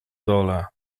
dole